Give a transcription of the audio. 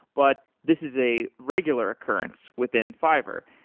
but this is a regular occurrence within fiverr.